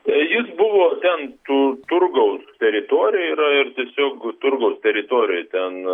jis buvo ten tų turgaus teritorija yra ir tiesiog turgaus teritorijoj ten